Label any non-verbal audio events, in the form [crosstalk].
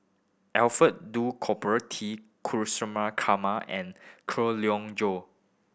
Alfred Duff Cooper T [unintelligible] and [unintelligible] Leong Joo